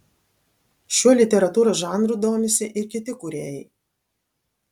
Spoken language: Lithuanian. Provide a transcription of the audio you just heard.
šiuo literatūros žanru domisi ir kiti kūrėjai